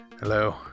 Hello